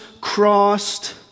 crossed